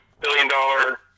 billion-dollar